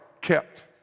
kept